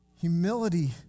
Humility